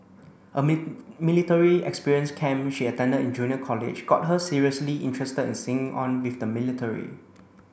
a military experience camp she attended in junior college got her seriously interested in signing on with the military